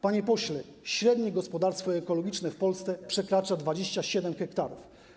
Panie pośle, średnie gospodarstwo ekologiczne w Polsce przekracza 27 ha.